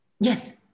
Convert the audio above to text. yes